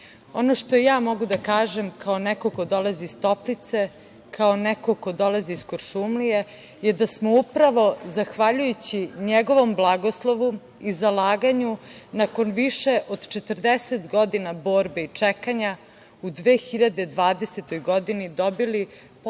što ja mogu da kažem je, kao neko ko dolazi iz Toplice, kao neko ko dolazi iz Kuršumlije, da smo upravo zahvaljujući njegovom blagoslovu i zalaganju, nakon više od 40 godina borbe i čekanja, u 2020. godini dobili potpuno